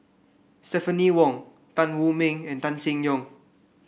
Stephanie Wong Tan Wu Meng and Tan Seng Yong